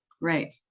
Right